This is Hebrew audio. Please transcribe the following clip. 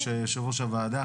יושבת ראש הוועדה,